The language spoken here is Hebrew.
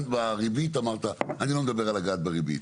בריבית אמרת אני לא מדבר על לגעת בריבית.